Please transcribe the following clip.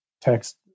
text